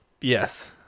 Yes